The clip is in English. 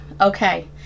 okay